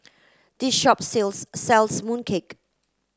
this shop sells sells mooncake